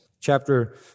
Chapter